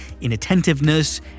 inattentiveness